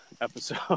episode